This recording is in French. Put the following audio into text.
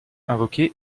invoqué